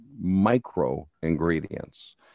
micro-ingredients